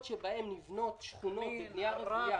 המקומות שבהם נבנות שכונות בבנייה רוויה --- סח'נין,